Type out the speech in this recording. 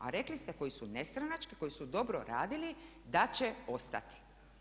A rekli ste koje su nestranačke, koji su dobro radili da će ostati.